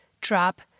drop